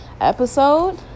episode